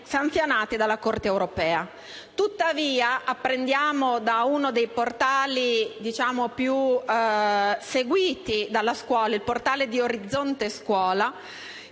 sanzionati dalla Corte europea. Tuttavia apprendiamo da uno dei portali più seguiti dalla scuola - il portale di Orizzonte scuola